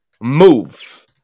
move